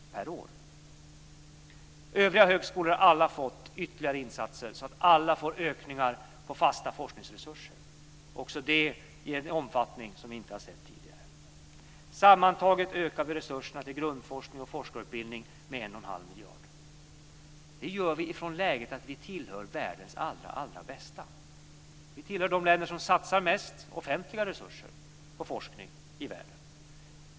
För alla övriga högskolor har ytterligare insatser gjorts så att alla får ökningar i fasta forskningsresurser, också detta i en omfattning som vi inte har sett tidigare. Sammantaget ökar vi resurserna till grundforskning och forskarutbildning med 1,5 miljarder. Det gör vi utifrån läget att vi tillhör världens allra, allra bästa. Vi tillhör de länder som satsar mest offentliga resurser på forskning i världen.